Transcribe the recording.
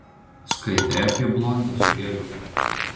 skaitei apie blondę su geliku